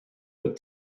but